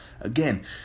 Again